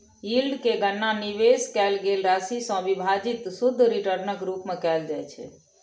yield के गणना निवेश कैल गेल राशि सं विभाजित शुद्ध रिटर्नक रूप मे कैल जाइ छै